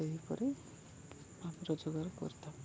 ସେହିପରି ଆମେ ରୋଜଗାର କରିଥାଉ